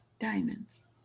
diamonds